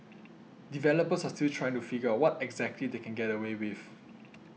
developers are still trying to figure out what exactly they can get away with